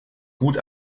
gut